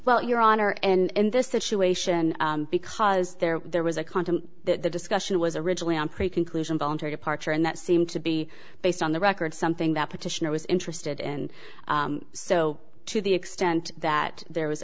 well your honor and in this situation because there there was a condom the discussion was originally on craig conclusion voluntary departure and that seemed to be based on the record something that petitioner was interested in so to the extent that there was